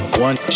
one